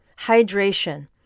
hydration